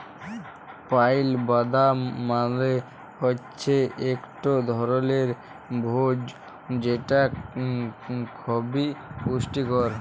pile বাদাম মালে হৈচ্যে ইকট ধরলের ভোজ্য যেটা খবি পুষ্টিকর